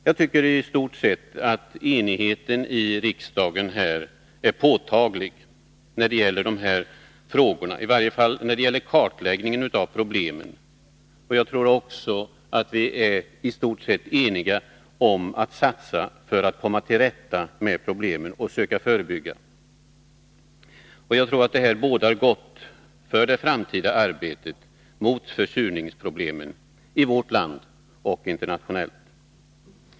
Jag tycker att det är påtagligt att det i stort sett råder enighet här i riksdagen när det gäller dessa frågor, i varje fall när det gäller kartläggningen av problemen. Jag tror också att vi är i stort sett eniga om att satsa för att komma till rätta med problemen och att söka förebygga dem. Det bådar gott för det framtida arbetet mot försurningsproblemen i vårt land och i övriga länder i världen.